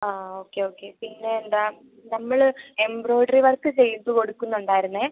ആ okay okay പിന്നെ എന്താ നമ്മൾ എംബ്രോയിഡറി വർക്ക് ചെയ്ത് കൊടുക്കുന്നുണ്ടായിരുന്നേ